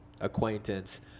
acquaintance